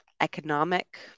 economic